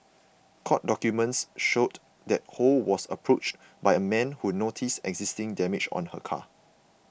court documents showed that Ho was approached by a man who noticed existing damage on her car